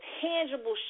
tangible